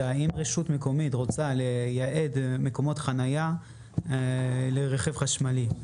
אם רשות מקומית רוצה לייעד מקומות חניה לרכב חשמלי,